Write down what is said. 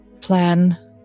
plan